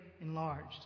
enlarged